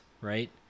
right